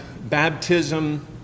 baptism